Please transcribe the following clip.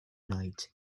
night